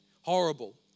horrible